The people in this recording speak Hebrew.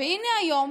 והינה, היום